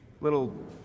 little